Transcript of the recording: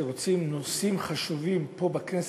שאם רוצים לקדם נושאים חשובים פה בכנסת,